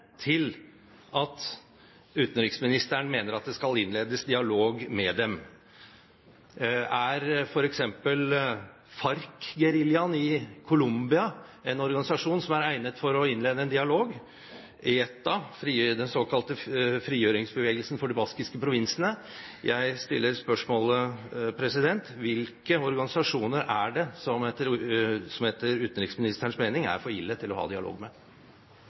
til at utenriksministeren mener at det skal innledes dialog med dem? Er f.eks. Farc-geriljaen i Colombia en organisasjon som er egnet for å innlede en dialog, eller ETA – den såkalte frigjøringsbevegelsen for de baskiske provinsene? Jeg stiller spørsmålet: Hvilke organisasjoner er det som etter utenriksministerens mening er for ille til å ha dialog med?